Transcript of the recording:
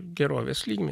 gerovės lygį